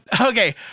Okay